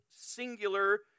singular